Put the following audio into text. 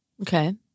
Okay